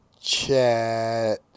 Chat